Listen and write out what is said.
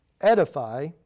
edify